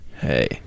Hey